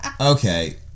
Okay